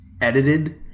edited